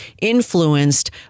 influenced